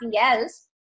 else